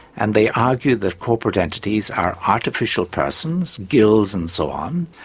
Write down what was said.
and they argue that corporate entities are artificial persons guilds and so on.